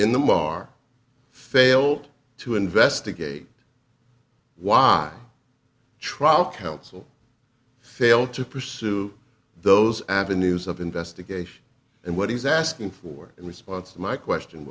in them are failed to investigate why trial counsel failed to pursue those avenues of investigation and what he's asking for in response to my question